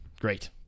great